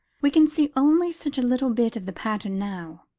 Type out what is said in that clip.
we can see only such a little bit of the pattern now.